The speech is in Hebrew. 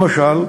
למשל,